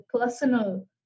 personal